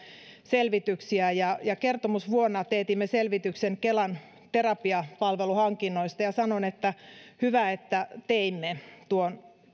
selvityksiä ja ja kertomusvuonna teetimme selvityksen kelan terapiapalveluhankinnoista ja sanon että hyvä että teetimme tuon